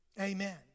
Amen